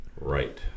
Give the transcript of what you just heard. Right